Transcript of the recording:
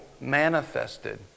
manifested